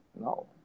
no